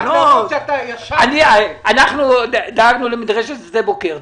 אנחנו דאגנו למדרשת שדה בוקר.